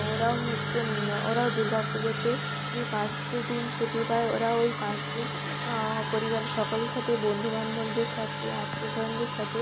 ওরাও হচ্ছে ওরাও দুর্গা পুজোতে যে পাঁচ দিন ছুটি পায় ওরাও ওই পাঁচ দিন পরিবারের সকলের সাথে বন্ধু বান্ধবদের সাতে আত্মীয় স্বজনদের সাতে